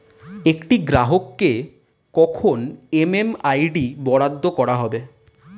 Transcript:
একটি গ্রাহককে কখন এম.এম.আই.ডি বরাদ্দ করা হবে?